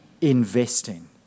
investing